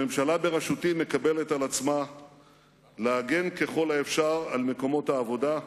הממשלה בראשותי מקבלת על עצמה להגן ככל האפשר על מקומות העבודה,